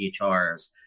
EHRs